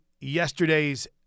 yesterday's –